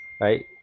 right